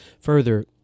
Further